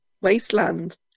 wasteland